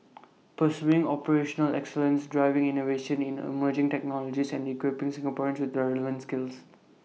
pursuing operational excellence driving innovation in emerging technologies and equipping Singaporeans with the relevant skills